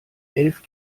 elf